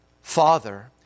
Father